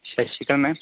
ਸਤਿ ਸ਼੍ਰੀ ਅਕਾਲ ਮੈਮ